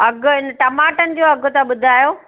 अघु हिन टमाटनि जो अघु त ॿुधायो